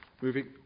Moving